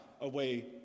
away